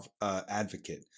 advocate